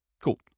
Cool